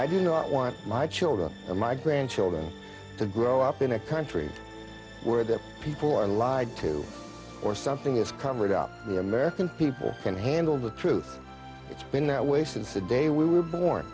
i do not want my children or my grandchildren to grow up in a country where the people are lied to or something is covered up the american people can handle the truth it's been that way since the day we were born